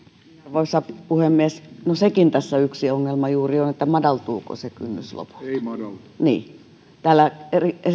arvoisa puhemies no sekin tässä yksi ongelma juuri on että madaltuuko se kynnys lopulta niin täällä